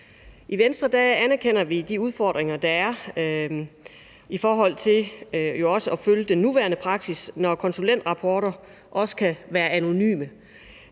I Venstre anerkender vi de udfordringer, der er, i forhold til også at følge den nuværende praksis, når konsulentrapporter også kan være anonyme.